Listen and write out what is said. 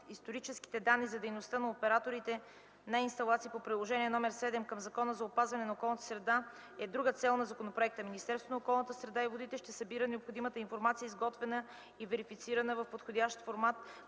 историческите данни за дейността на операторите на инсталации по Приложение № 7 към Закона за опазване на околната среда е друга цел на законопроекта. Министерството на околната среда и водите ще събира необходимата информация, изготвена и верифицирана в подходящ формат,